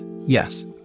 Yes